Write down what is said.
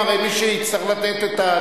רכבת נוסעת,